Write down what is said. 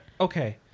Okay